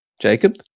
Jacob